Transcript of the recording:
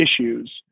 issues